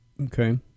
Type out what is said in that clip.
Okay